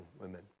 women